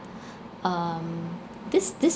um these these